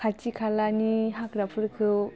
खाथि खालानि हाग्राफोरखौ